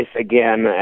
again